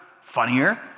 funnier